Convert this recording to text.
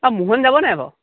আৰু মোহন যাব নাই বাৰু